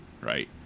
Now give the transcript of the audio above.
right